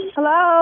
Hello